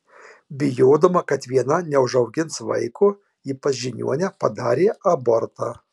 bijodama kad viena neužaugins vaiko ji pas žiniuonę padarė abortą